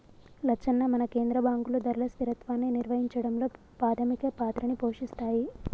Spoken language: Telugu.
లచ్చన్న మన కేంద్ర బాంకులు ధరల స్థిరత్వాన్ని నిర్వహించడంలో పాధమిక పాత్రని పోషిస్తాయి